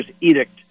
edict